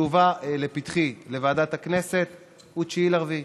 שהובאה לפתחי בוועדת הכנסת הוא 9 באפריל.